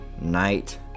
Night